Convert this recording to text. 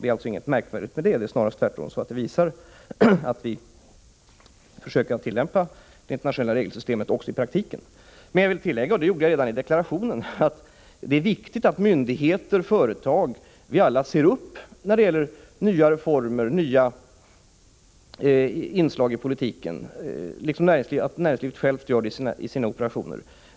Det är inget märkvärdigt med det — snarare tvärtom visar det att vi försöker tillämpa det internationella regelsystemet också i praktiken. Jag vill tillägga — och det gjorde jag redan i deklarationen — att det är viktigt att myndigheter, företag och vi alla ser upp när det gäller nya reformer, nya inslag i politiken. Det är alltså viktigt att näringslivet självt gör det i sina operationer.